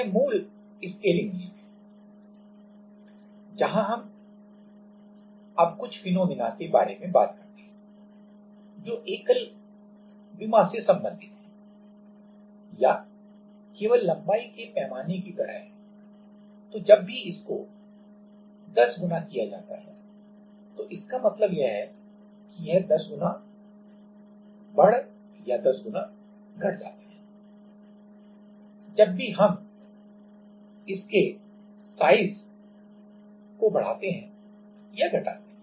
यह मूल स्केलिंग नियम है जहां हम अब कुछ फिनोमिना के बारे में बात करते हैं जो एकल विमा से संबंधित हैं या केवल लंबाई के पैमाने की तरह हैं तो जब भी इसको 10 गुना किया जाता है तो इसका मतलब यह है कि यह 10 गुना बढ़ या 10 गुना घट जाता है जब भी हम इसकी लंबाई को बढ़ाते हैं या घटाते हैं